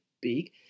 big